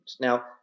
Now